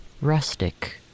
Rustic